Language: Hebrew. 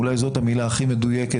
אולי זאת המילה הכי מדויקת,